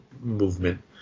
movement